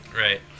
Right